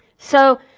so,